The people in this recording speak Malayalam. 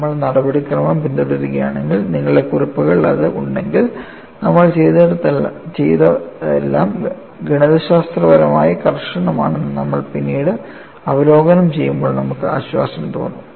നമ്മൾ നടപടിക്രമം പിന്തുടരുകയാണെങ്കിൽ നിങ്ങളുടെ കുറിപ്പുകളിൽ അത് ഉണ്ടെങ്കിൽ നമ്മൾ ചെയ്തതെല്ലാം ഗണിതശാസ്ത്രപരമായി കർശനമാണെന്ന് നമ്മൾ പിന്നീട് അവലോകനം ചെയ്യുമ്പോൾ നമുക്ക് ആശ്വാസം തോന്നും